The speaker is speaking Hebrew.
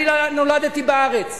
אני נולדתי בארץ,